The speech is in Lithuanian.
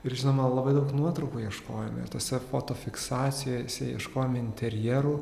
ir žinoma labai daug nuotraukų ieškojome ir tose fotofiksacijose ieškojome interjerų